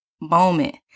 moment